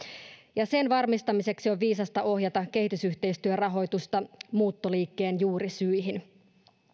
ja sen varmistamiseksi on viisasta ohjata kehitysyhteistyörahoitusta muuttoliikkeen juurisyihin